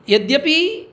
यद्यपि